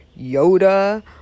Yoda